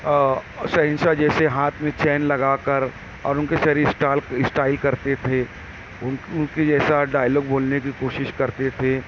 شہنشاہ جیسے ہاتھ میں چین لگا کر اور ان کے اسٹال اسٹائل کرتے تھے ان ان کے جیسا ڈائیلاگ بولنے کی کوشش کرتے تھے